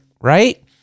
right